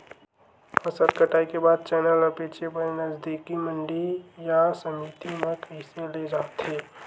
फसल कटाई के बाद चना ला बेचे बर नजदीकी मंडी या समिति मा कइसे ले जाथे?